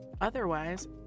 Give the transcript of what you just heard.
Otherwise